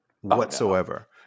whatsoever